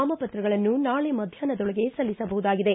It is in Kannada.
ನಾಮಪತ್ರಗಳನ್ನು ನಾಳೆ ಮಧ್ಯಾಪ್ನದೊಳಗೆ ಸಲ್ಲಿಸಬಹುದಾಗಿದೆ